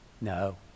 no